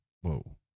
Whoa